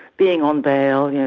being on bail, yeah